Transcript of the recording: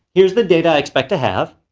here's the data i expect to have.